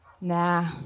nah